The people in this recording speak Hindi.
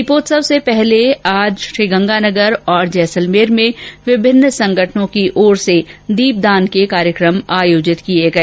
दीपोत्सव से पहले आज श्रीगंगानगर और जैसलमेर में विभिन्न संगठनों की ओर से आज दीपदान के कार्यक्रम आयोजित किए गए